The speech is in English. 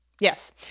Yes